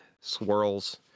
swirls